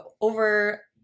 Over